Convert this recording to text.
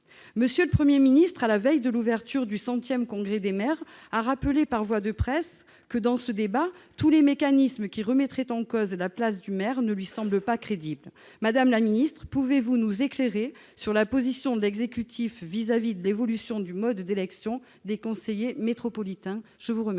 de cette hypothèse. À la veille de l'ouverture du centième congrès des maires de France, M. le Premier ministre a rappelé par voie de presse que, dans ce débat, « tous les mécanismes qui remettraient en cause la place du maire ne [lui] semblent pas crédibles. » Madame la ministre, pouvez-vous nous éclairer sur la position de l'exécutif vis-à-vis de l'évolution du mode d'élection des conseillers métropolitains ? La parole